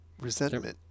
resentment